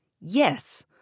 Yes